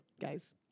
guys